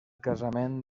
casament